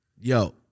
yo